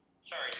Sorry